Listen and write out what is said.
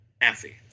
Effie